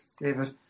David